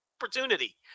opportunity